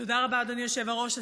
תודה רבה, אדוני היושב-ראש.